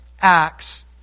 acts